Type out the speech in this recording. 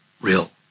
real